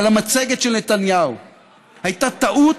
אבל המצגת של נתניהו הייתה טעות